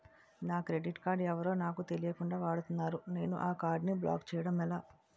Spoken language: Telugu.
నా క్రెడిట్ కార్డ్ ఎవరో నాకు తెలియకుండా వాడుకున్నారు నేను నా కార్డ్ ని బ్లాక్ చేయడం ఎలా?